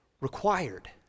required